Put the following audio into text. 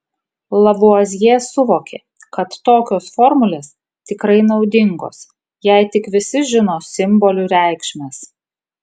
lavuazjė suvokė kad tokios formulės tikrai naudingos jei tik visi žino simbolių reikšmes